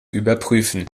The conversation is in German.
überprüfen